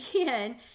again